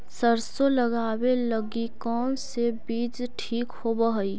सरसों लगावे लगी कौन से बीज ठीक होव हई?